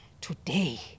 today